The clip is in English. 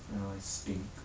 ya it's pink